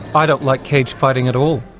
i don't like cage fighting at all.